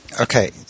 Okay